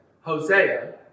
Hosea